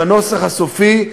בנוסח הסופי,